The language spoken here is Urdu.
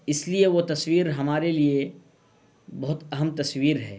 اس لیے وہ تصویر ہمارے لیے بہت اہم تصویر ہے